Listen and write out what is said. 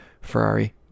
ferrari